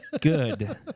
Good